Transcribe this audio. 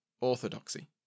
orthodoxy